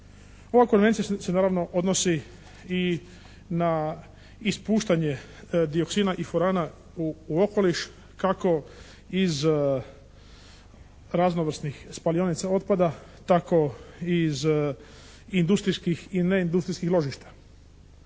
Ova konvencija se naravno odnosi i na ispuštanje dioksina i furana u okoliš kako iz raznovrsnih spalionica otpada tako i iz industrijskih i neindustrijskih ložišta.